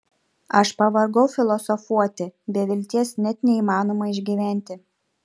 aš pavargau filosofuoti be vilties net neįmanoma išgyventi